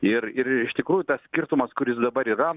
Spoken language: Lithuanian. ir ir iš tikrųjų tas skirtumas kuris dabar yra